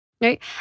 right